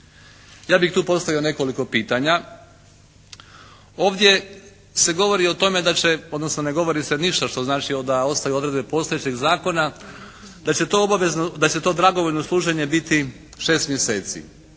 Ja bih tu postavio nekoliko pitanja. Ovdje se govori o tome da će odnosno ne govori se ništa što znači da ostaju odredbe postojećeg zakona. Da će to obavezno, da će to dragovoljno služenje biti 6 mjeseci.